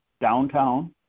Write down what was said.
downtown